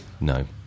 no